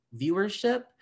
viewership